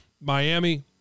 Miami